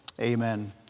Amen